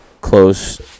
close